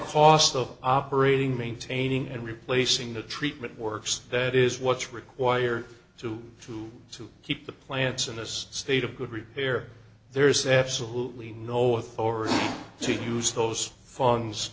cost of operating maintaining and replacing the treatment works that is what's required to do to keep the plants in this state of good repair there's absolutely no authority to use those funds